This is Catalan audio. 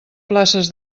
places